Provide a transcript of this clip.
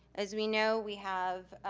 as we know, we have,